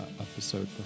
episode